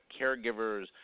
caregivers